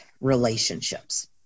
relationships